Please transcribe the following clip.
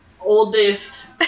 Oldest